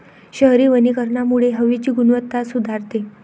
शहरी वनीकरणामुळे हवेची गुणवत्ता सुधारते